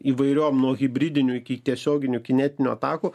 įvairiom nuo hibridinių iki tiesioginių kinetinių atakų